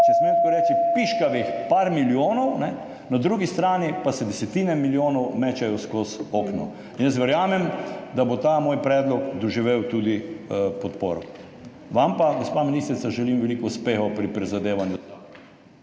če smem tako reči, piškavih nekaj milijonov, na drugi strani pa se desetine milijonov meče skozi okno … Jaz verjamem, da bo ta moj predlog doživel tudi podporo. Vam pa, gospa ministrica, želim veliko uspehov pri prizadevanju